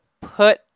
put